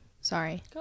sorry